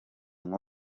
nko